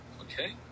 Okay